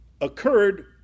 occurred